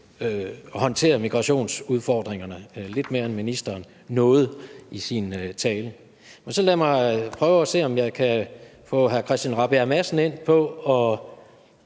håndtere migrationsudfordringerne – lidt mere, end ministeren nåede i sin tale. Så lad mig prøve at se, om jeg kan få hr. Christian Rabjerg Madsen med på